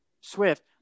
Swift